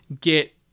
get